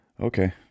Okay